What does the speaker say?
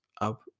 up